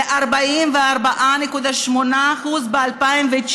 ל-44.8% ב-2019,